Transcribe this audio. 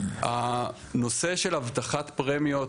הנושא של הבטחת פרמיות